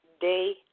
day